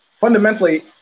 Fundamentally